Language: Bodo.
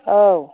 औ